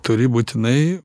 turi būtinai